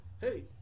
hey